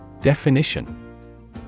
Definition